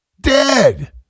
Dead